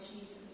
Jesus